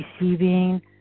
receiving